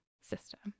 system